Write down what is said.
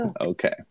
okay